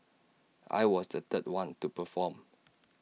I was the third one to perform